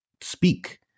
speak